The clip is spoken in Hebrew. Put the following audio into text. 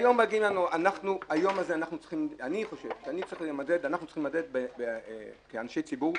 אני חושב שאנחנו צריכים להימדד כאנשי ציבור,